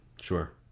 Sure